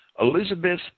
Elizabeth